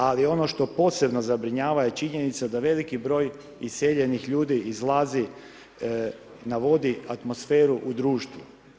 Ali, ono što posebno zabrinjava je činjenica da veliki broj iseljenih ljudi izlazi, navodi atmosferu u društvu.